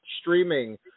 streaming